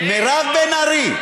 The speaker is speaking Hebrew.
מירב בן ארי.